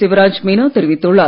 சிவராஜ் மீனா தெரிவித்துள்ளார்